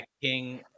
king